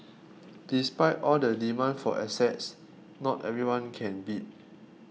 despite all the demand for assets not everyone can bid